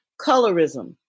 colorism